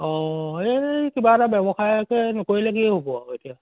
অঁ এই কিবা এটা ব্যৱসায়কে নকৰিলে কি হ'ব আৰু এতিয়া